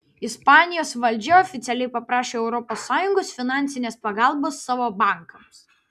ispanijos valdžia oficialiai paprašė europos sąjungos finansinės pagalbos savo bankams